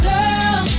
Girl